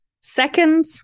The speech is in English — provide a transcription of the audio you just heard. second